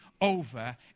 over